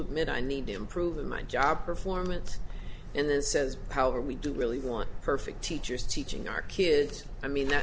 admit i need to improve in my job performance in that sense however we do really want perfect teachers teaching our kids i mean